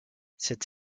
cette